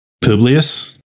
Publius